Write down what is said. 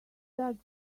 does